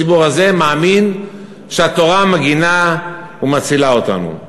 הציבור הזה מאמין שהתורה מגינה ומצילה אותנו.